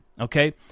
Okay